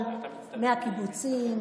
אתם בושה.